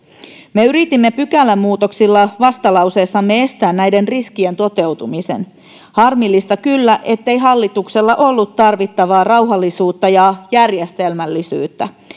me yritimme pykälämuutoksilla vastalauseessamme estää näiden riskien toteutumisen harmillista kyllä ettei hallituksella ollut tarvittavaa rauhallisuutta ja järjestelmällisyyttä